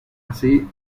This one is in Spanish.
así